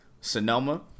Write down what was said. sonoma